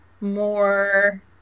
more